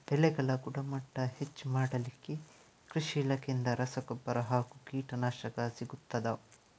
ಬೆಳೆಗಳ ಗುಣಮಟ್ಟ ಹೆಚ್ಚು ಮಾಡಲಿಕ್ಕೆ ಕೃಷಿ ಇಲಾಖೆಯಿಂದ ರಸಗೊಬ್ಬರ ಹಾಗೂ ಕೀಟನಾಶಕ ಸಿಗುತ್ತದಾ?